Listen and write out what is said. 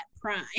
prime